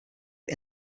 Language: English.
are